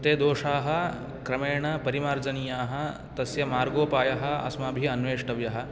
तेः दोषाः क्रमेण परिमार्जनीयाः तस्य मार्गोपायः अस्माभिः अन्वेष्टव्यः